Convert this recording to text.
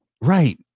Right